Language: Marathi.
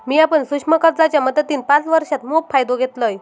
मिया पण सूक्ष्म कर्जाच्या मदतीन पाच वर्षांत मोप फायदो घेतलंय